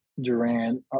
Durant